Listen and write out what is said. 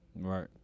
Right